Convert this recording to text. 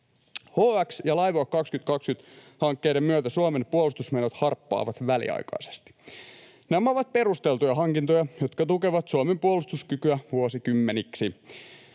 HX- ja Laivue 2020 -hankkeiden myötä Suomen puolustusmenot harppaavat väliaikaisesti. Nämä ovat perusteltuja hankintoja, jotka tukevat Suomen puolustuskykyä vuosikymmeniksi.